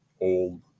old